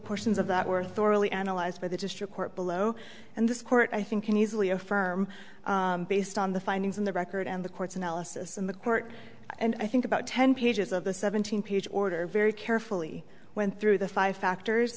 portions of that worth orally analyzed by the district court below and this court i think can easily affirm based on the findings in the record and the court's analysis in the court and i think about ten pages of the seventeen page order very carefully went through the five factors